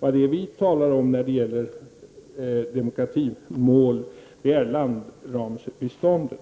Vad vi talar om när det gäller demokratimålet är landramsbiståndet.